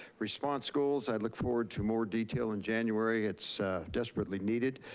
response goals, i look forward to more detail in january. it's desperately needed.